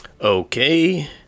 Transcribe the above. Okay